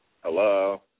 Hello